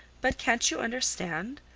but can't you understand?